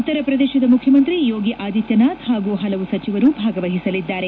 ಉತ್ತರ ಪ್ರದೇಶದ ಮುಖ್ಯಮಂತ್ರಿ ಯೋಗಿ ಆದಿತ್ನನಾಥ್ ಹಾಗೂ ಹಲವು ಸಚಿವರು ಭಾಗವಹಿಸಲಿದ್ದಾರೆ